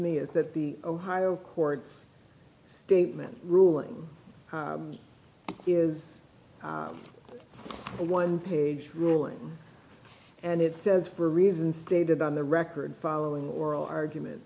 me is that the ohio courts statement ruling is a one page ruling and it says for reasons stated on the record following the oral argument